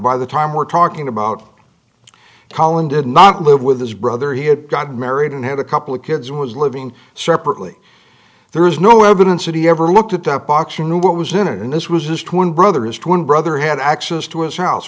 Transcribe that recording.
by the time we're talking about collin did not live with his brother he had gotten married and had a couple of kids was living separately there is no evidence that he ever looked at that box or knew what was in it and this was his twin brother his twin brother had access to his house